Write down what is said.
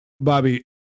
Bobby